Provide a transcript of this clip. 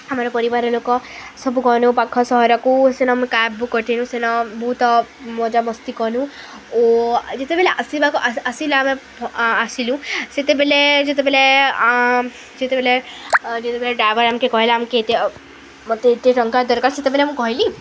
ଆମର ପରିବାର ଲୋକ ସବୁ ଗନୁ ପାଖ ସହରାକୁ ସେନ ମୁଁ କ୍ୟାବ୍ ବୁକ୍ କରିଥିନୁ ସେନ ବହୁତ ମଜାମସ୍ତି କନୁ ଓ ଯେତେବେଲେ ଆସିବାକୁ ଆସି ଆସି ଆସିଲେ ଆମେ ଆସିଲୁ ସେତେବେଲେ ଯେତେବେଲେ ଯେତେବେଲେ ଯେତେବେଲେ ଡ୍ରାଇଭର୍ ଆମ୍କେ କହେଲା ଆମେ ଏତେ ମତେ ଏତେ ଟଙ୍କା ଦରକାର ସେତେବେଲେ ମୁଁ କହିଲି